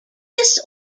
this